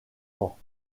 vent